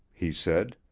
he said.